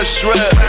shred